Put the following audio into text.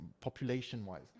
population-wise